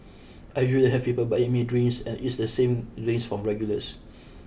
I usually have people buying me drinks and it's the same drinks from regulars